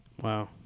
Wow